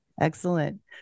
excellent